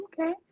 Okay